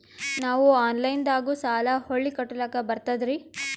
ನಾವು ಆನಲೈನದಾಗು ಸಾಲ ಹೊಳ್ಳಿ ಕಟ್ಕೋಲಕ್ಕ ಬರ್ತದ್ರಿ?